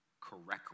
correctly